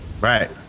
right